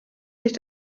sich